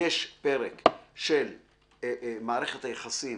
יש פרק של מערכת היחסים